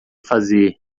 fazer